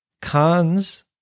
Cons